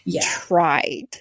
tried